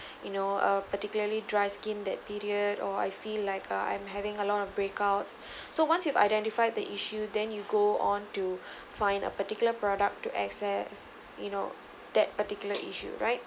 you know a particularly dry skin that period or I feel like uh I'm having a lot of breakouts so once you have identified the issue then you go on to find a particular product to access you know that particular issue right